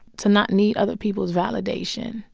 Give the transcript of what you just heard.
to not need other people's validation,